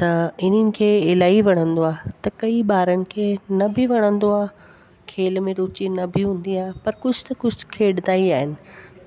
त इन्हनि खे इलाही वणंदो आहे त कई ॿारनि खे न बि वणंदो आहे खेल में रुचि न बि हूंदी आहे पर कुझु न कुछ त खेॾंदा ई आहिनि